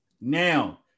now